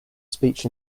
speech